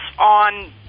on